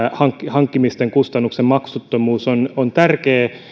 hankkimisten kustannusten maksuttomuus on on tärkeä